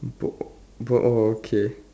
book book oh okay